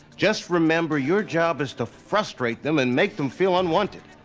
just remember, your job is to frustrate them and make them feel unwanted.